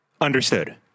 Understood